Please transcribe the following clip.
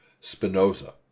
Spinoza